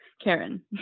Karen